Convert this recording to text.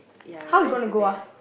how you gonna go ah